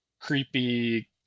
creepy